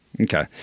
Okay